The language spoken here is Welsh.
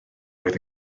oedd